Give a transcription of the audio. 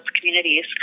communities